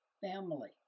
family